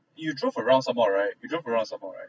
you drove around some more right you drove around some more right